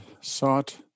sought